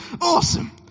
Awesome